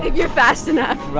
you're fast enough right.